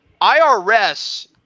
IRS